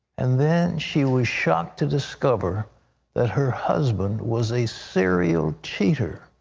and then she was shocked to discover that her husband was a serial cheater.